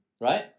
right